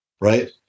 right